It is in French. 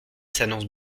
s’annonce